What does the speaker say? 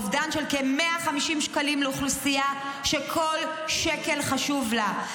אובדן של כ-150 שקלים לאוכלוסייה שכל שקל חשוב לה.